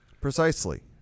Precisely